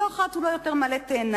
לא אחת הוא לא יותר מעלה כותרת,